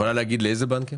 את יכולה להגיד לי איזה בנקים?